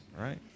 right